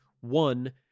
one